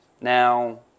Now